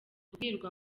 kubwirwa